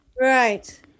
Right